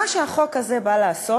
מה שהחוק הזה בא לעשות,